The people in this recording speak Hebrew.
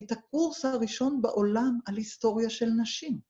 את הקורס הראשון בעולם על היסטוריה של נשים.